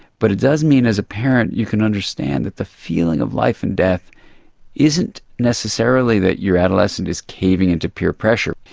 but it does mean as a parent you can understand that the feeling of life and death isn't necessarily that your adolescent is caving in to peer pressure,